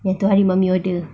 yang tu hari mummy order